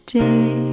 day